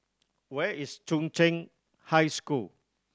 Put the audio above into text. where is Chung Cheng High School